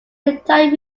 entire